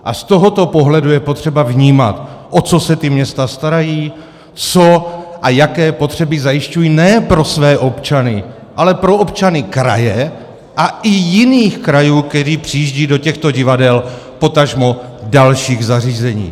A z tohoto pohledu je potřeba vnímat, o co se ta města starají, co a jaké potřeby zajišťují ne pro své občany, ale pro občany kraje a i jiných krajů, kteří přijíždějí do těchto divadel, potažmo dalších zařízení.